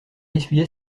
essuyait